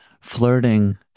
flirting